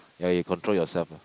ya you control yourself lah